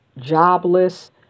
jobless